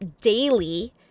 daily